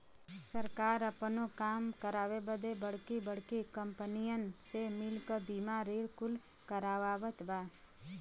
सरकार आपनो काम करावे बदे बड़की बड़्की कंपनीअन से मिल क बीमा ऋण कुल करवावत बा